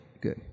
good